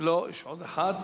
יש עוד אחת,